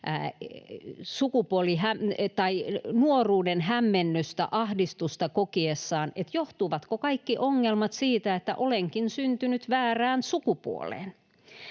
nuoruuden hämmennystä, ahdistusta kokiessaan pohtii sitä vaihtoehtoa, johtuvatko kaikki ongelmat siitä, että onkin syntynyt väärään sukupuoleen.